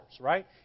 right